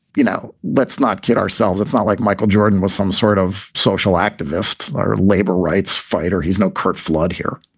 you know, let's not kid ourselves. it's not like michael jordan was some sort of social activist or labor rights fighter. he's no curt flood here